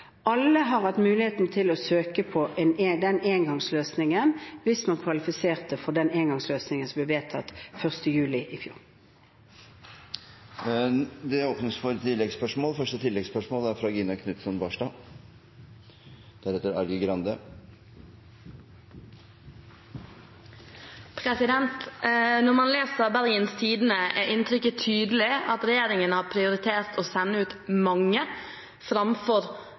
Alle har hatt muligheten til å søke den engangsløsningen hvis man kvalifiserte for den engangsløsningen som ble vedtatt 1. juli i fjor. Det åpnes for oppfølgingsspørsmål – først Gina Knutson Barstad. Når man leser Bergens Tidende, er inntrykket tydelig at regjeringen har prioritert å sende ut mange framfor